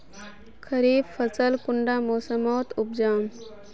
खरीफ फसल कुंडा मोसमोत उपजाम?